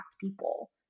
people